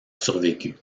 survécu